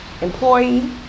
employee